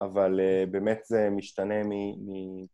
אבל באמת זה משתנה מ...